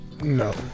No